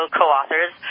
co-authors